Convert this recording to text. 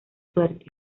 suerte